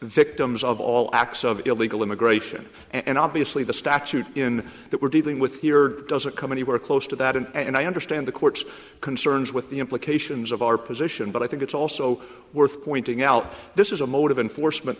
victims of all acts of illegal immigration and obviously the statute in that we're dealing with here doesn't come anywhere close to that and i understand the court's concerns with the implications of our position but i think it's also worth pointing out this is a mode of enforcement